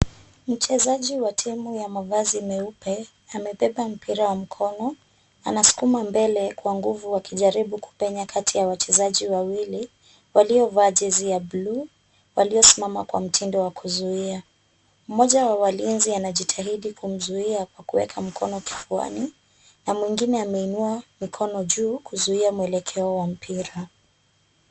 Mchezaji wa timu ya mavazi meupe amebeba mpira wa mkono, anasukuma mbele kwa nguvu wakijaribu kupenya kati ya wachezaji wawili, walio vaa jezi ya bluu, waliosimama kwa mtindo wa kuzuia. Mmoja wa walinzi anajitahidi kumzuia kwa kuweka mkono kifuani na mwingine ameinua mikono juu kuzuia mwelekeo wa mpira.